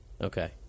okay